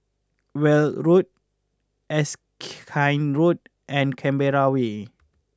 Weld Road Erskine Road and Canberra Way